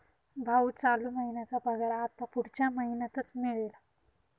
भाऊ, चालू महिन्याचा पगार आता पुढच्या महिन्यातच मिळेल